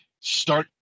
Start